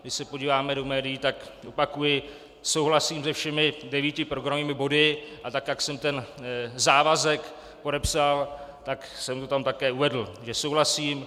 Když se podíváme do médií, opakuji, souhlasím se všemi devíti programovými body, a tak jak jsem závazek podepsal, tak jsem to tam také uvedl, že souhlasím.